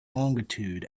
longitude